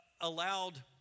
allowed